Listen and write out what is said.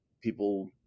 people